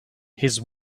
his